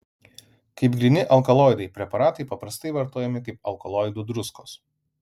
kaip gryni alkaloidai preparatai paprastai vartojami kaip alkaloidų druskos